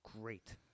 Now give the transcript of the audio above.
great